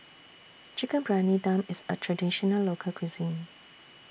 Chicken Briyani Dum IS A Traditional Local Cuisine